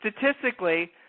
statistically